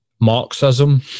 Marxism